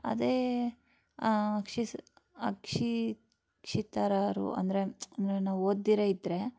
ಅದೇ ಅಕ್ಷಿ ಅಕ್ಷಿಕ್ಷಿತರರು ಅಂದರೆ ನಾವು ಓದದಿರೆ ಇದ್ದರೆ